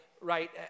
right